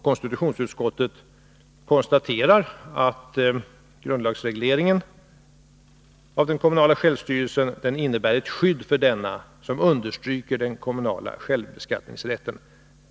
Konstitutionsutskottet konstaterar nämligen att grundlagsregleringen av den kommunala självstyrelsen innebär ett skydd för denna som understryker den kommunala självbeskattningsrätten.